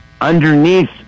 underneath